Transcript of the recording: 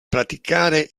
praticare